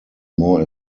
more